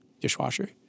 dishwasher